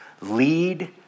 lead